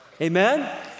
Amen